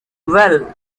well